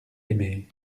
aimée